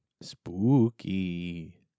spooky